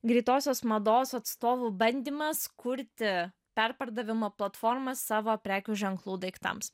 greitosios mados atstovų bandymas kurti perpardavimo platformas savo prekių ženklų daiktams